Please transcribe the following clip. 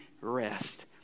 rest